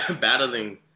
battling